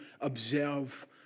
observe